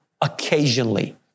occasionally